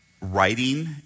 Writing